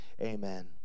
amen